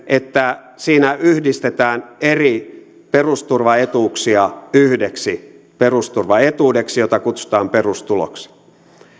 että siinä yhdistetään eri perusturvaetuuksia yhdeksi perusturvaetuudeksi jota kutsutaan perustuloksi